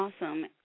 Awesome